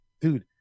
dude